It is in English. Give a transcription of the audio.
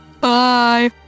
Bye